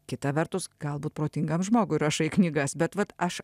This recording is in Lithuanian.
kita vertus galbūt protingam žmogui rašai knygas bet vat aš